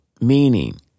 meaning